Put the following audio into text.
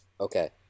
Okay